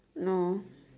no